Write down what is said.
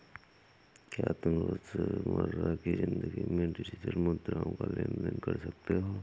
क्या तुम रोजमर्रा की जिंदगी में डिजिटल मुद्राओं का लेन देन कर सकते हो?